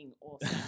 awesome